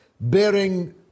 bearing